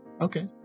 okay